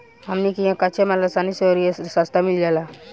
हमनी किहा कच्चा माल असानी से अउरी सस्ता मिल जाला